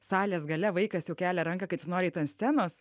salės gale vaikas jau kelia ranką kad jis nori eit ant scenos